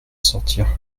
sortir